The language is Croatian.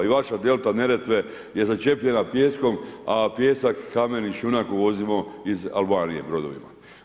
I vaša Delta Neretve je začepljena pijeskom a pijesak, kamen i šljunak uvozimo iz Albanije brodovima.